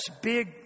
Big